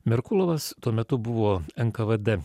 merkulovas tuo metu buvo nkvd